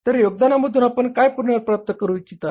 तर योगदानामधून आपण काय पुनर्प्राप्त करू इच्छिता